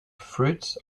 fruits